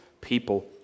people